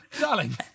darling